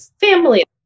family